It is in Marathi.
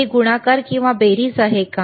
हे गुणाकार किंवा बेरीज आहे का